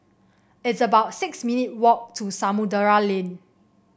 it's about six minute walk to Samudera Lane